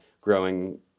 growing